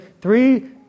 three